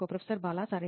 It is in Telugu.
ప్రొఫెసర్ బాలాసరెనా